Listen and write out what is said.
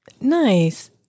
Nice